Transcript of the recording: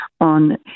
on